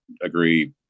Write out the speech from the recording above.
agree